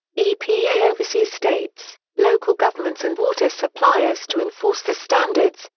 epa oversees states, local governments and water suppliers to enforce the standards,